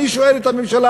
אני שואל את הממשלה,